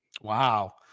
Wow